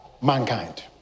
mankind